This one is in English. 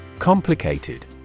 Complicated